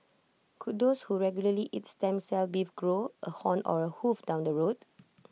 could those who regularly eat stem cell beef grow A horn or A hoof down the road